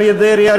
אריה דרעי,